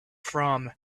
from